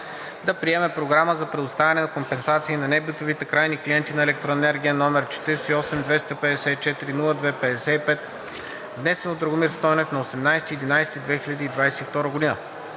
да приеме програма за предоставяне на компенсации на небитовите крайни клиенти на електроенергия, № 48-254-02-55, внесен от Драгомир Стойнев на 18 ноември